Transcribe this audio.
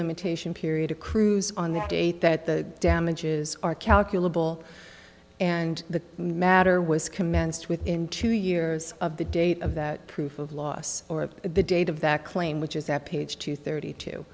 limitation period a cruise on the date that the damages are calculable and the matter was commenced within two years of the date of that proof of loss or the date of that claim which is at page two thirty two